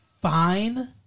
fine